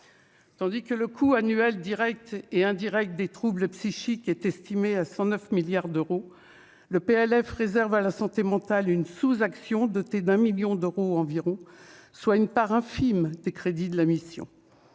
Tandis que le coût annuel Direct et indirect des troubles psychiques est estimé à 109 milliards d'euros, le PLF réserve à la santé mentale, une sous-action doté d'un 1000000 d'euros environ, soit une part infime des crédits de la mission,